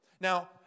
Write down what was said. Now